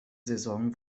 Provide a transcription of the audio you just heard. saison